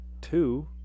two